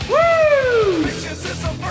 Woo